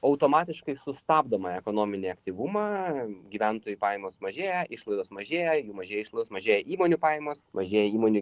automatiškai sustabdome ekonominį aktyvumą gyventojų pajamos mažėja išlaidos mažėja jeigu mažėja išlaidos mažėja įmonių pajamos mažėja įmonių